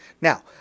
Now